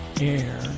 air